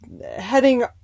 heading